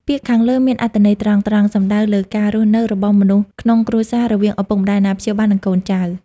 ពាក្យខាងលើមានអត្ថន័យត្រង់ៗ សំដៅលើការរស់នៅ របស់មនុស្សក្នុងគ្រួសារ រវាងឪពុកម្តាយ អាណាព្យាបាល និងកូនចៅ។